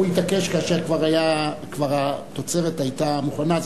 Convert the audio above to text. הוא התעקש כאשר התוצרת היתה כבר מוכנה,